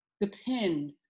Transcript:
Depend